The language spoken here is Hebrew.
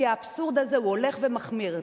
כי האבסורד הזה הולך ומחמיר.